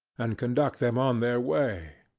and conduct them on their way.